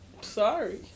Sorry